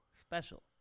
special